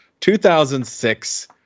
2006